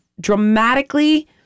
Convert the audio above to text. dramatically